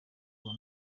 rwa